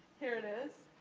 here it is.